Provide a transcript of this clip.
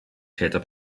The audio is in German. täter